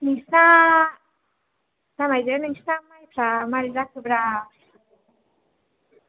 नोंसिना जामायजो नोंसिना मायफ्रा मारै जाखोब्रा